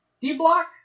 D-Block